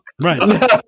Right